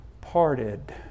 parted